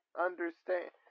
understand